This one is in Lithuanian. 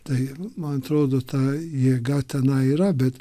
tai man atrodo ta jėga tenai yra bet